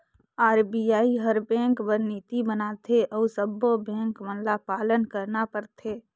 RBI हर bank बर नीति बनाथे अउ सब्बों बेंक मन ल पालन करना परथे